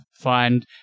find